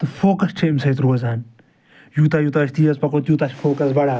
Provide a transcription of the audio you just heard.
focus چھِ أمۍ سۭتۍ روزان یوٗتاہ یوٗتاہ أسۍ تیز پَکَو تیوٗتاہ چھِ فوکَس بڑان